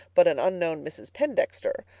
but an unknown mrs. pendexter,